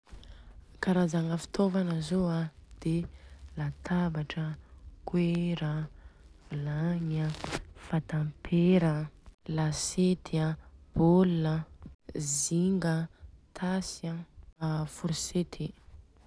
Karazagna fotôvana zô an de latabatra an, khoera an, vilagny an, fantapera an, lasety an, bôl an, zinga an, tasy an, a forosety.